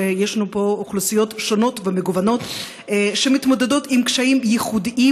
ויש לנו פה אוכלוסיות שונות ומגוונות שמתמודדות עם קשיים ייחודיים,